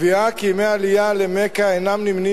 הקביעה כי ימי העלייה למכה אינם נמנים